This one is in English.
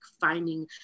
finding